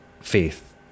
faith